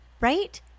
Right